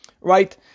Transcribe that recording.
Right